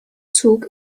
zug